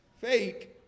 Fake